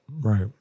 Right